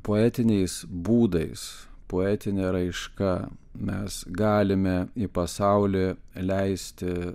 poetiniais būdais poetine raiška mes galime į pasaulį leisti